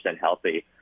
healthy